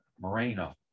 Moreno